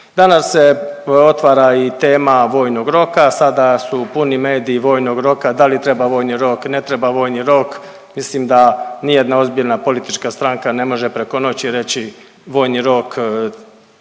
Danas se otvara i tema vojnog roka. Sada su puni mediji vojnog roka, da li treba vojni rok, ne treba vojni rok. Mislim da nijedna ozbiljna politička stranka ne može preko noći reći vojni rok